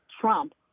Trump